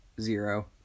Zero